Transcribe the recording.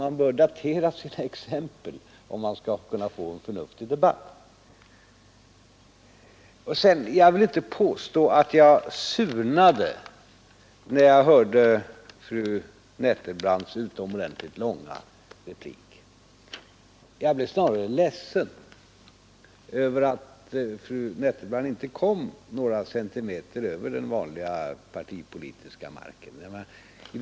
Man bör datera sina exempel, om vi här skall kunna få en förnuftig debatt. Sedan vill jag inte hålla med om att jag surnade, när jag lyssnade på fru Nettelbrandts utomordentligt långa replik. Jag blev snarare ledsen över att fru Nettelbrandt inte kom en enda centimeter över den vanliga partipolitiska marknivån.